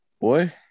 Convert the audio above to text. Boy